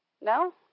No